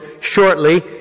shortly